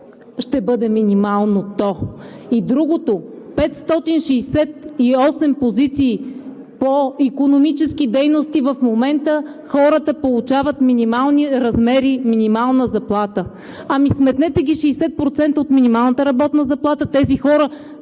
ще бъде минималното. Другото – 568 позиции по икономически дейности – в момента хората получават минимални размери на минимална заплата. Сметнете ги 60% от минималната работна заплата. На тези хора